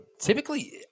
typically